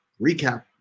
recap